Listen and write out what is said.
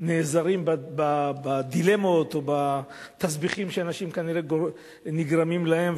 נעזרים בדילמות או בתסביכים שנגרמים לאנשים.